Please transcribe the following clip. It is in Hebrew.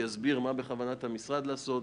הוא יסביר מה בכוונת המשרד לעשות.